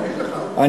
הוא יושב פה.